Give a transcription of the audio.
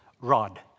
rod